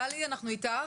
טלי בבקשה.